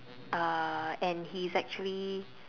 uh and he's actually